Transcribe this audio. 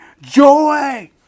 Joy